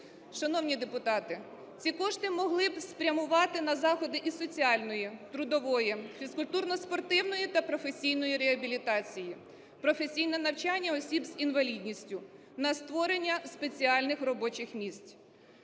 Шановні депутати, ці кошти могли б спрямувати на заходи і соціальної, трудової, фізкультурно-спортивної та професійної реабілітації, професійне навчання осіб з інвалідністю на створення спеціальних робочих місць.